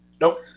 Nope